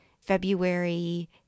February